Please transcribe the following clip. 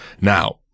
Now